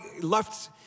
left